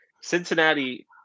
Cincinnati